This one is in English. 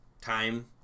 time